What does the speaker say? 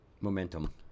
Momentum